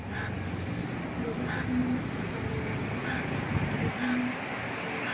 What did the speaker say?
ᱟᱨ ᱜᱮᱰᱮ ᱠᱚᱦᱚ ᱢᱮᱱᱟᱜ ᱠᱚ ᱛᱟᱞᱮᱭᱟ ᱰᱟ ᱝᱨᱤ ᱦᱚ ᱢᱮᱱᱟᱜ ᱠᱚ ᱛᱟᱞᱮᱭᱟ